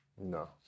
No